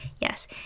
yes